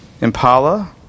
Impala